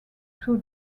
two